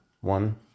One